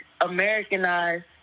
Americanized